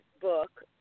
book